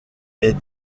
est